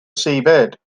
seabed